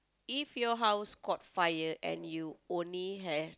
if your house caught fire and you only have